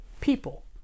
people